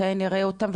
מתי נראה אותן?